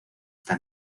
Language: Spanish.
está